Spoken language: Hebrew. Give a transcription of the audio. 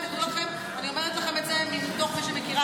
זאת הצעת חוק מאוד טובה שלכם.